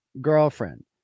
girlfriend